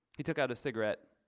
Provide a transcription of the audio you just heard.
he took out a cigarette.